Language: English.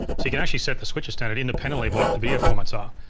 so you can actually set the switcher standard independently of what the video formats are.